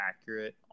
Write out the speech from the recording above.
accurate